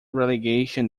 relegation